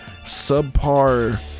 subpar